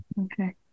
okay